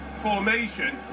Formation